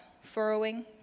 furrowing